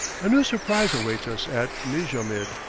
a new surprise awaits us at mijamid,